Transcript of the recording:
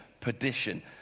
perdition